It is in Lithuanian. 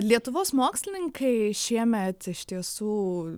lietuvos mokslininkai šiemet iš tiesų